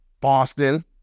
Boston